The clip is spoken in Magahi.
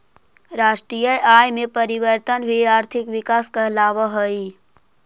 राष्ट्रीय आय में परिवर्तन भी आर्थिक विकास कहलावऽ हइ